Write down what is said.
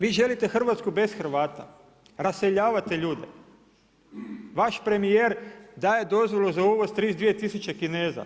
Vi želite Hrvatsku bez Hrvata, raseljavate ljude. vaš premijer daje dozvolu za uvoz 32000 Kineza.